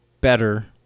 better